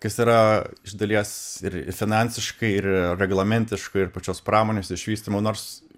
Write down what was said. kas yra iš dalies ir finansiškai ir reglamentiškai ir pačios pramonės išvystymo nors